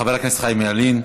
חבר הכנסת חיים ילין.